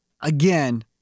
again